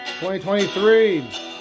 2023